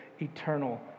eternal